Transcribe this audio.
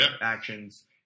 actions